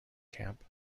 camp